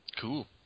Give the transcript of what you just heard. Cool